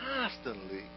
constantly